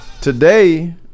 Today